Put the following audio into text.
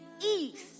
east